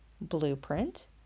Blueprint